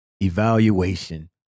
Evaluation